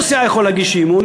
כל סיעה יכולה להגיש אי-אמון,